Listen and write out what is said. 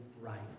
right